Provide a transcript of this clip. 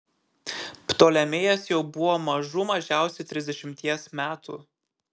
ptolemėjas jau buvo mažų mažiausiai trisdešimties metų